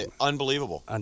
Unbelievable